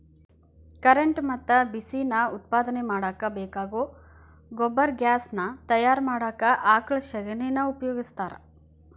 current ಮತ್ತ ಬಿಸಿ ನಾ ಉತ್ಪಾದನೆ ಮಾಡಾಕ ಬೇಕಾಗೋ ಗೊಬರ್ಗ್ಯಾಸ್ ನಾ ತಯಾರ ಮಾಡಾಕ ಆಕಳ ಶಗಣಿನಾ ಉಪಯೋಗಸ್ತಾರ